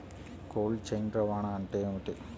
Cold chain రవాణా అంటే ఏమిటీ?